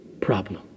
problem